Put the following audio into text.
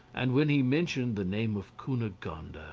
and when he mentioned the name of cunegonde,